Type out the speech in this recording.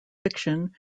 fiction